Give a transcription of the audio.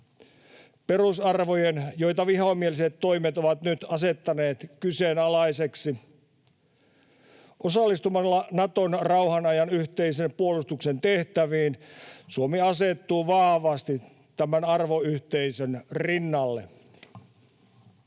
perusarvojen, joita vihamieliset toimet ovat nyt asettaneet kyseenalaisiksi. Osallistumalla Naton rauhan ajan yhteisen puolustuksen tehtäviin Suomi asettuu vahvasti tämän arvoyhteisön rinnalle.